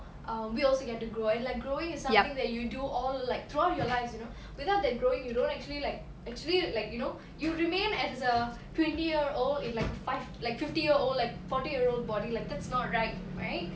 um we also get to grow and like growing is something that you do all like throughout your lives you know without that growing you don't actually like actually like you know you will remain as a twenty year old in like five like fifty year old like forty year old body like that's not right right